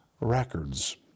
records